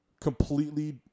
completely